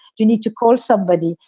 you need to call somebody.